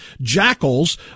jackals